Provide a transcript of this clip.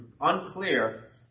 unclear